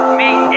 meet